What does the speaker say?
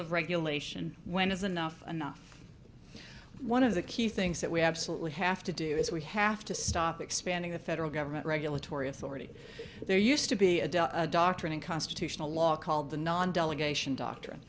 of regulation when is enough enough one of the key things that we have saluted have to do is we have to stop expanding the federal government regulatory authority there used to be a doctrine in constitutional law called the non delegation doctrine